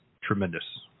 tremendous